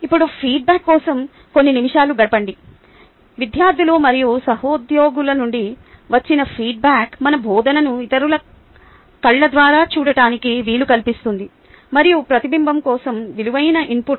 ఇప్పుడు ఫీడ్బ్యాక్ కోసం కొన్ని నిమిషాలు గడపండి విద్యార్థులు మరియు సహోద్యోగుల నుండి వచ్చిన ఫీడ్బ్యాక్ మన బోధను ఇతరుల కళ్ళ ద్వారా చూడటానికి వీలు కల్పిస్తుంది మరియు ప్రతిబింబం కోసం విలువైన ఇన్పుట్